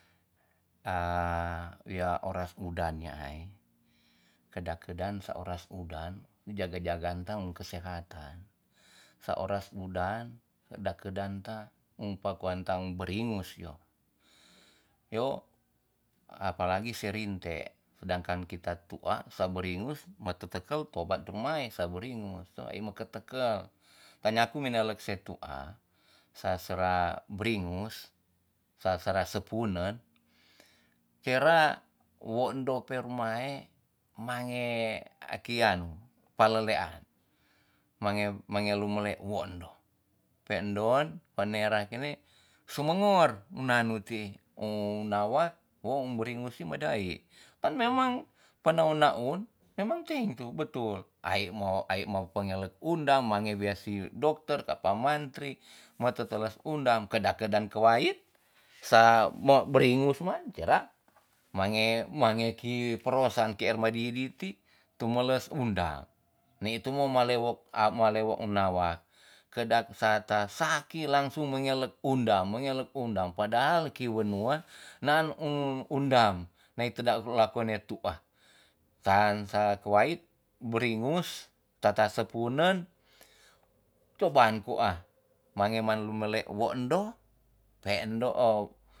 A wia oras udan nya'ai, kedak kedaan sa oras udan jaga jagan ta kesehatan. sa oras udan da kedan ta um pa kuan ta beringus yo- yo. apalagi se rinte, sedangkan kita tu'a sa beringus ma tetekel tobat rumae sa beringus toh, ei meke tekel ta nyaku minelek se tu'a sa sera beringus, sa sera sepunen sera wo endo pe rumae mange aki anu palelean mange mange lumelek wo endo. pe'endon, pa nera kine sumengor na nu ti um nawa wo um beringus si ma dai. tan memang panaun naun memang ti tu ai mo pengelek undam, mange wia si dokter, ta pa mantri, ma teteles undam kedan kedan kowait, sa mo beringus man te ra mange mange ki perorosan ki airmadidi ti tu meles undam. ni tu malewok a malewok um nawa kedak sa ta saki langsung mengelek undam, mengelek undam padahal, ki wenua naan um undam nae tu da lako ne tu'a tan sa kowait beringus tata sepunen coba kua mange man lumelek wo endo pe'ndo ou